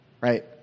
right